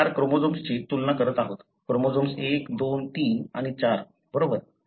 आपण 4 क्रोमोझोम्सची तुलना करत आहोत क्रोमोझोम्स 1 2 3 आणि 4 बरोबर